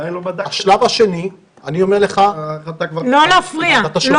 עדיין לא בדקתם --- לא להפריע לו